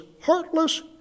heartless